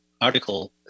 article